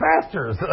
pastors